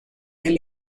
del